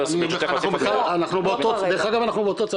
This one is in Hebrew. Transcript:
אנחנו באותו צד,